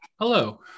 hello